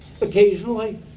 occasionally